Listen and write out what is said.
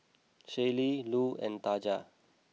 Shaylee Lu and Taja